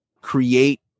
create